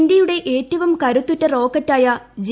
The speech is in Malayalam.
ഇന്ത്യയുടെ ഏറ്റവും കരുത്തുറ്റ റോക്കറ്റായ ജി